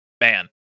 man